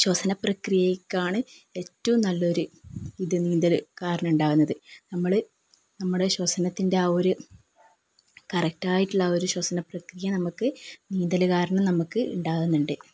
ശ്വസന പ്രക്രിയയ്ക്കാണ് ഏറ്റവും നല്ലൊരു ഇത് നീന്തൽ കാരണം ഉണ്ടാകുന്നത് നമ്മൾ നമ്മുടെ ശ്വസനത്തിൻ്റെ ആ ഒരു കറക്റ്റായിട്ടുള്ള ആ ഒരു ശ്വസന പ്രക്രിയ നമുക്ക് നീന്തൽ കാരണം നമുക്ക് ഉണ്ടാകുന്നുണ്ട്